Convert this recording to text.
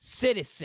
citizen